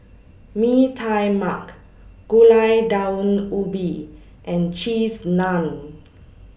Mee Tai Mak Gulai Daun Ubi and Cheese Naan